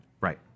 Right